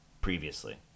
previously